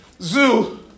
zoo